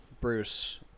Bruce